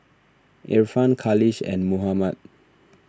Irfan Khalish and Muhammad